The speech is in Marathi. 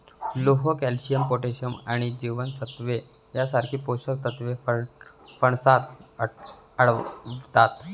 लोह, कॅल्शियम, पोटॅशियम आणि जीवनसत्त्वे यांसारखी पोषक तत्वे फणसात आढळतात